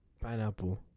pineapple